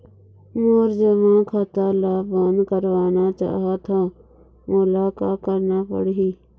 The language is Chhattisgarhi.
मोर जमा खाता ला बंद करवाना चाहत हव मोला का करना पड़ही?